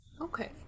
Okay